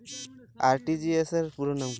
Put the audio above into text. RTGS র পুরো নাম কি?